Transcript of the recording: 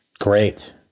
Great